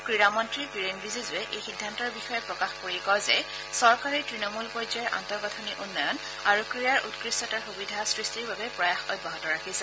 ক্ৰীড়া মন্ত্ৰী কিৰেণ ৰিজিজুৱে এই সিদ্ধান্তৰ বিষয়ে প্ৰকাশ কৰি কয় যে চৰকাৰে ত্ৰণমূল পৰ্যায়ৰ আন্তঃগাঁথনি উন্নয়ন আৰু ক্ৰীড়াৰ উৎকৃষ্টতাৰ সুবিধা সৃষ্টিৰ বাবে প্ৰয়াস অব্যাহত ৰাখিছে